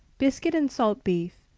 biscuit and salt beef,